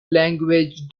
language